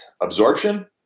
absorption